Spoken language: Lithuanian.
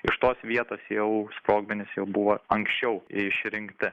iš tos vietos jau sprogmenys jau buvo anksčiau išrinkti